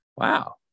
Wow